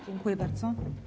Dziękuję bardzo.